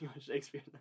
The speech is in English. Shakespeare